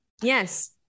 yes